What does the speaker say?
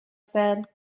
said